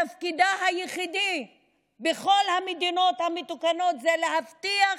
שתפקידה היחיד בכל המדינות המתוקנות זה להבטיח